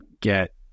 get